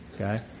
okay